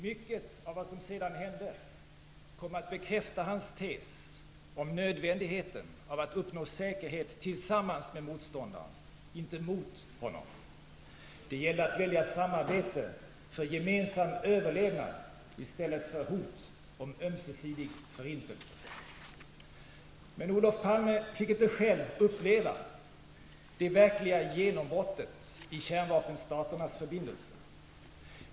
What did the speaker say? Mycket av vad som sedan hände kom att bekräfta hans tes om nödvändigheten av att uppnå säkerhet tillsammans med motståndaren, inte mot honom. Det gällde att välja samarbete för gemensam överlevnad i stället för hot om ömsesidig förintelse. Men Olof Palme fick inte själv uppleva det verkliga genombrottet i kärnvapenstaternas förbindelser.